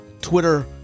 Twitter